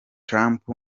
trump